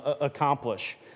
accomplish